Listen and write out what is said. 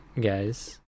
guys